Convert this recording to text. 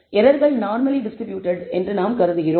எரர்கள் normally distributed என்று நாங்கள் கருதுகிறோம்